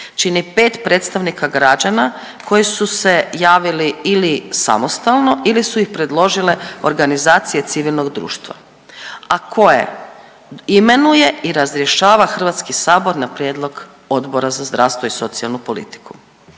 čini pet predstavnika građana koji su se javili ili samostalno ili su ih predložile organizacije civilnog društva, a koje imenuje i razrješava Hrvatski sabor na prijedlog Odbora za zdravstvo i socijalnu politiku.